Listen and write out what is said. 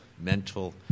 mental